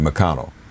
McConnell